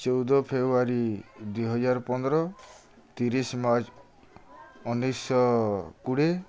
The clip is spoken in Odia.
ଚଉଦ ଫେବୃଆରୀ ଦୁଇହଜାର ପନ୍ଦର ତିରିଶି ମାର୍ଚ୍ଚ ଉଣେଇଶହ କୋଡ଼ିଏ